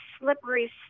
slippery